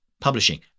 publishing